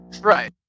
Right